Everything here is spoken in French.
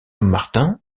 martin